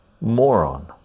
moron